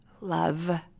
love